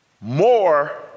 more